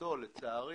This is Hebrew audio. לשמחתו או לצערי